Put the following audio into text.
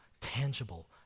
tangible